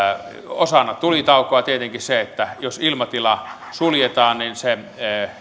osana tulitaukoa on tietenkin se että jos ilmatila suljetaan niin